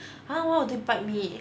!huh! why would they bite me